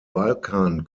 balkan